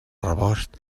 rebost